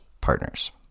partners